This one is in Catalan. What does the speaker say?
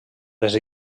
les